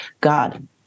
God